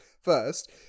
first